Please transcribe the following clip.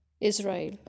Israel